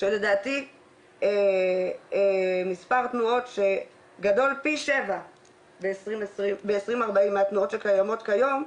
שלדעתי מספר תנועות שגדול פי 7 ב-2040 מהתנועות שקיימות כיום,